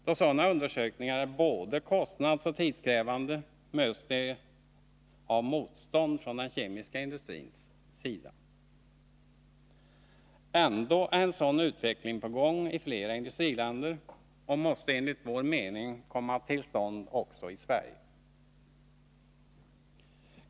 Då sådana undersökningar är både kostnadsoch tidskrävande möts de av motstånd från den kemiska industrins sida. Ändå är en sådan utveckling på gångi flera industriländer och måste enligt vår mening komma till stånd också här i Sverige.